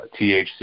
THC